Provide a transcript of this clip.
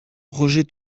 roger